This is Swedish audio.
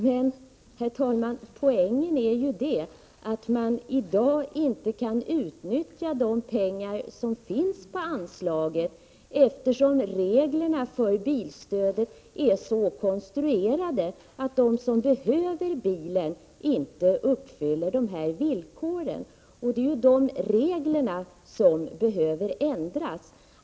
Men poängen är ju att de pengar som i dag finns på anslaget inte kan utnyttjas, eftersom reglerna för bilstödet är så konstruerade att de som behöver bilen inte uppfyller villkoren. Det är då reglerna som behöver ändras.